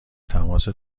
تماس